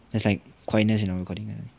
there's like quietness in our recording